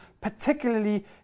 particularly